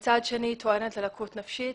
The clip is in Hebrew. כאשר מצד שני טוענת ללקות נפשית.